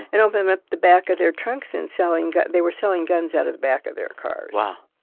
and open up the back of their trunks and selling they were selling guns out of the back of their cars wow.